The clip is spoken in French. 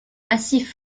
massif